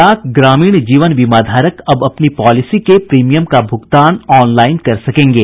डाक ग्रामीण जीवन बीमा धारक अब अपनी पॉलिसी के प्रीमियम का भुगतान ऑनलाईन कर सकेंगे